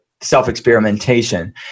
self-experimentation